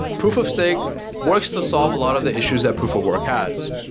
proof of stake works to solve a lot of the issues that proof of work has.